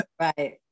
Right